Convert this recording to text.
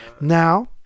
Now